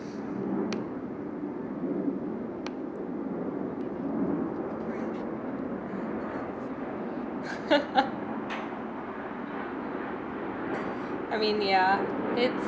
I mean yeah it's